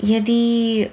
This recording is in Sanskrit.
यदि